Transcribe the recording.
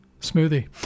smoothie